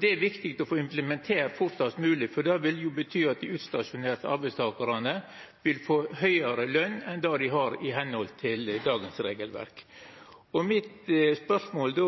Det er viktig å få det implementert fortast mogleg, for det vil bety at dei utstasjonerte arbeidstakarane vil få høgare løn enn det dei har med dagens regelverk. Mitt spørsmål er då: